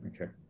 okay